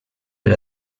per